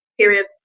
Period